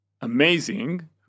amazing